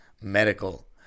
Medical